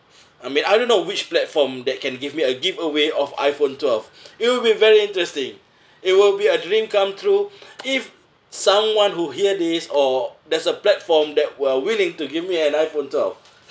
I mean I don't know which platform that can give me a giveaway of iphone twelve it will be very interesting it will be a dream come through if someone who hear these or there's a platform that were willing to give me an iphone twelve